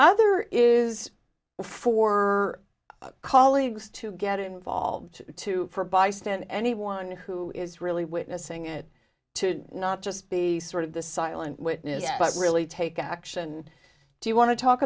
other is before colleagues to get involved to her by stand anyone who is really witnessing it to not just be sort of the silent witness but really take action do you want to talk